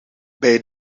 bij